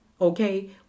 Okay